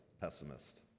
pessimist